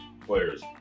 players